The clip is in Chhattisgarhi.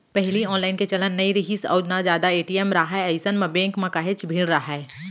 पहिली ऑनलाईन के चलन नइ रिहिस अउ ना जादा ए.टी.एम राहय अइसन म बेंक म काहेच भीड़ राहय